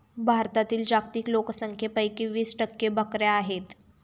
भारतातील जागतिक लोकसंख्येपैकी वीस टक्के बकऱ्या आहेत